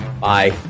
Bye